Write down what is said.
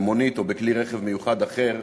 במונית או בכלי רכב מיוחד אחר.